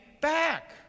back